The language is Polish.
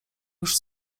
już